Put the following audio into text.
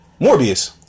Morbius